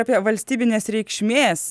apie valstybinės reikšmės